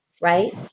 right